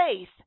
faith